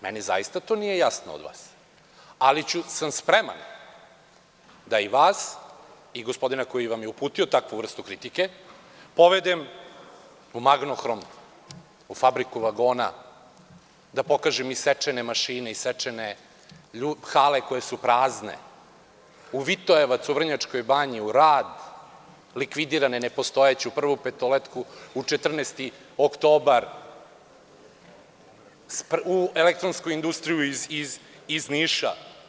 Meni zaista to nije jasno od vas, ali sam spreman da i vas i gospodina koji vam je uputio takvu vrstu kritike, povedem u „Magnohrom“, u fabriku vagona, da pokažem isečene mašine, isečene hale koje su prazne, u „Vitojevac“ u Vrnjačkoj Banji, u RAD, likvidirane, nepostojeće, u „Prvu petoletku“, u „14. oktobar“, u „Elektronsku industriju“ iz Niša.